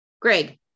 Greg